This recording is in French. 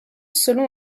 selon